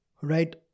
Right